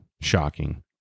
shocking